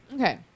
Okay